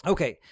Okay